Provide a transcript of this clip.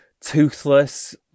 toothless